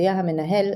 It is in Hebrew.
הודיע המנהל,